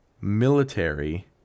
military